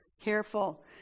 Careful